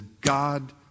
God